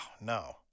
no